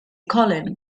collin